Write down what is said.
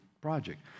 Project